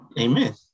Amen